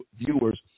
viewers